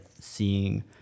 seeing